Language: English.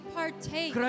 partake